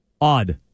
odd